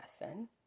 lesson